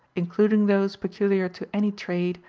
including those peculiar to any trade,